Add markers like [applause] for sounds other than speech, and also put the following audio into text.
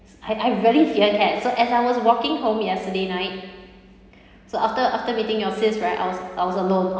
I I really fear cats so as I was walking home yesterday night [breath] so after after meeting your sis~ right I was I was alone